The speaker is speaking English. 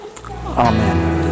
Amen